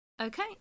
Okay